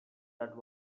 that